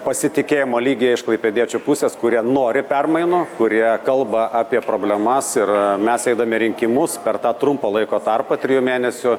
pasitikėjimo lygyje iš klaipėdiečių pusės kurie nori permainų kurie kalba apie problemas ir mes eidami į rinkimus per tą trumpą laiko tarpą trijų mėnesių